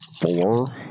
four